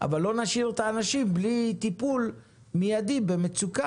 אבל לא נשאיר את האנשים בלי טיפול מיידי במצוקה,